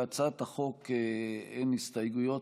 להצעת החוק אין הסתייגויות,